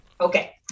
Okay